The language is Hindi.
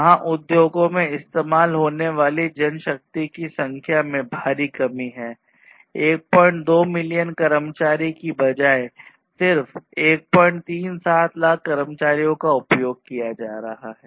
वहाँ उद्योगों में इस्तेमाल होने वाली जनशक्ति की संख्या में भारी कमी है 12 मिलियन कर्मचारियों की बजाए सिर्फ 137 लाख कर्मचारियों का उपयोग किया जा रहा है